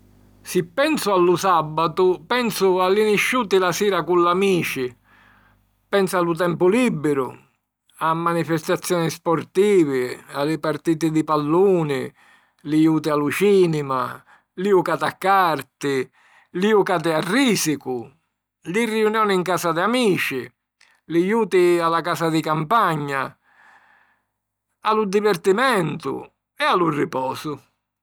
Si pensu a lu sàbatu, pensu a li nisciuti la sira cu l'amici, pensu a lu tempu lìbiru, a manifestazioni sportivi, a li partiti di palluni, li juti a lu cìnima, li jucati a carti, li jucati a Rìsiku, li riunioni 'n casa di amici, li juti a la casa di campagna, a lu divertimentu, e a lu riposu.